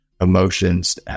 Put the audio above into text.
emotions